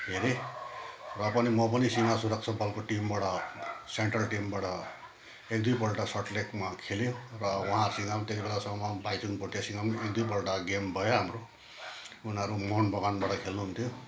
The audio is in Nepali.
हेरेँ र पनि म पनि सीमा सुरक्षा बलको टिमबाट सेन्ट्रल टिमबाट एक दुईपल्ट सल्ट लेकमा खेलेँ र उहाँहरूसँग भाइचुङ भोटियासँग पनि एक दुईपल्ट गेम भयो हाम्रो उनीहरू मोहन बगानबाट खेल्नुहुन्थ्यो